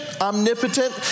omnipotent